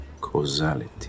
Causality